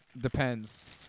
Depends